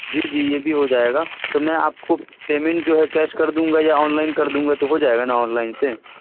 جی جی یہ بھی ہو جائے گا تو میں آپ کو پیمنٹ جو ہے کیش کر دوں گا یا آن لائن کر دوں گا تو ہو جائے گا نا آن لائن سے